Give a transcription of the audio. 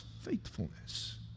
faithfulness